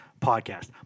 podcast